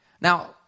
Now